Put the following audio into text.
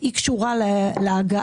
היא קשורה להגעה,